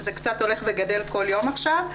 זה קצת הולך וגדל כל יום עכשיו,